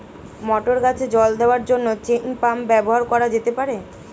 মটর গাছে জল দেওয়ার জন্য চেইন পাম্প ব্যবহার করা যেতে পার?